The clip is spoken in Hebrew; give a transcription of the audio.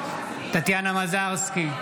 טטיאנה מזרסקי,